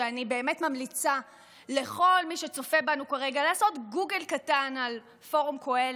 ואני באמת ממליצה לכל מי שצופה בנו כרגע לעשות גוגל קטן על פורום קהלת,